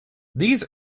these